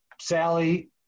Sally